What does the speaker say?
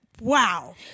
Wow